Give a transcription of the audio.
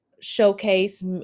showcase